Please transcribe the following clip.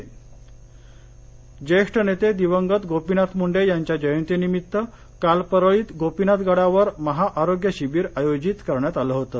आरोग्य शिविर ज्येष्ठ नेते दिवंगत गोपीनाथ मुंडे यांच्या जयंती निमीत्त काल परळीत गोपीनाथ गडावर महाआरोग्य शिबिर आयोजित करण्यात आलं होतं